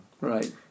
Right